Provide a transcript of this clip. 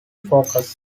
focus